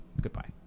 goodbye